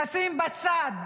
נשים בצד.